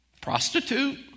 Prostitute